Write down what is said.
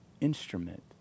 instrument